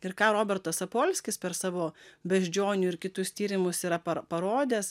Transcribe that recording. ir ką robertas sapolskis per savo beždžionių ir kitus tyrimus yra parodęs